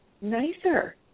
nicer